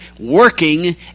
working